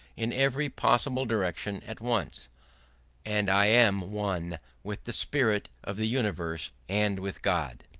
in every possible direction at once and i am one with the spirit of the universe and with god.